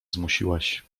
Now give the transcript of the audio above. zmusiłaś